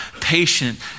patient